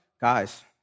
Guys